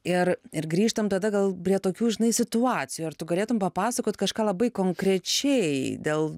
ir ir grįžtant tada gal prie tokių žinai situacijų ar tu galėtum papasakot kažką labai konkrečiai dėl